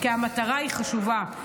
כי המטרה היא חשובה,